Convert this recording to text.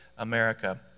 America